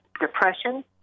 depression